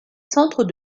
centres